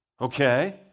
Okay